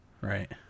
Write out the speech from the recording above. Right